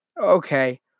Okay